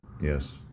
Yes